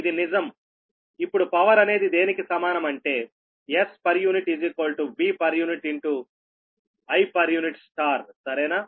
ఇది నిజం ఇప్పుడు పవర్ అనేది దేనికి సమానం అంటే Spu Vpu Ipuసరేనా